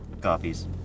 Copies